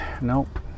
nope